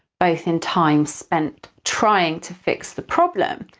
both in time spent trying to fix the problem,